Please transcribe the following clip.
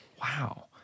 Wow